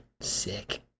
Sick